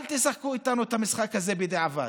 אל תשחקו איתנו את המשחק הזה בדיעבד.